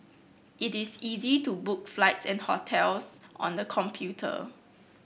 it is easy to book flights and hotels on the computer